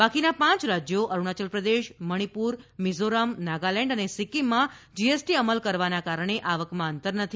બાકીના પાંચ રાજ્યો અરૂણાચલ પ્રદેશ મણિપુર મિઝોરમ નાગાલેન્ડ અને સિક્કીમમાં જીએસટી અમલ કરવાના કારણે આવકમાં અંતર નથી